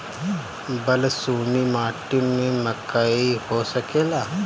बलसूमी माटी में मकई हो सकेला?